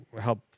help